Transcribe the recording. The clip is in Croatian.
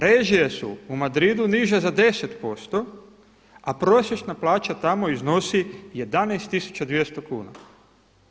Režije su u Madridu niže za 10% a prosječna plaća tamo iznosi 11 200 kuna.